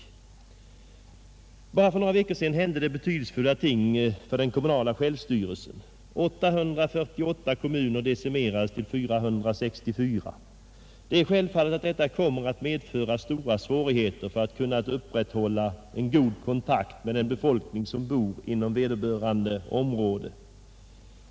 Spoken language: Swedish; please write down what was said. Bara för några veckor sedan hände det betydelsefulla ting för den kommunala självstyrelsen. 848 kommuner decimerades till 464. Det är självfallet att detta kommer att medföra stora svårigheter när det gäller att upprätthålla en god kontakt med den befolkning som bor inom vederbörande område.